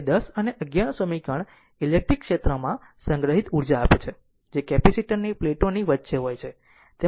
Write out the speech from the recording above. તેથી 10 અને 11 નું સમીકરણ ઇલેક્ટ્રિક ક્ષેત્રમાં સંગ્રહિત ઉર્જા આપે છે જે કેપેસિટર ની પ્લેટોની વચ્ચે હોય છે